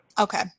Okay